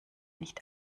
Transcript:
nicht